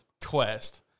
twist